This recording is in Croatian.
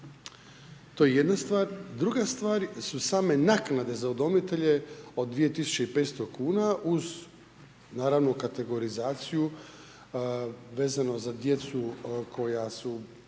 To je jedna stvar. Druga stvar su same naknade za udomitelje od 2500 kn uz naravno kategorizacije vezano za djecu koja su